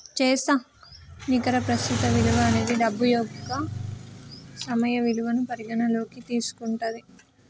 నికర ప్రస్తుత విలువ అనేది డబ్బు యొక్క సమయ విలువను పరిగణనలోకి తీసుకుంటది